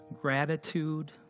gratitude